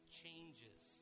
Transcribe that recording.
changes